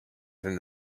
than